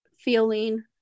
feeling